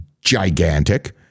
gigantic